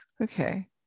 Okay